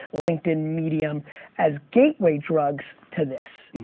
linkedin, medium as gateway drugs to this.